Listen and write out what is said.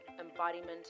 embodiment